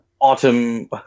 autumn